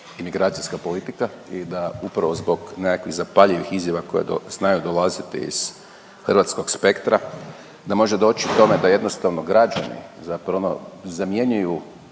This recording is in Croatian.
imigracijska politika i da upravo zbog nekakvih zapaljivih izjava koje znaju dolaziti iz hrvatskog spektra, da može doći tome da jednostavno građani, zapravo